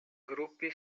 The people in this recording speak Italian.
gruppi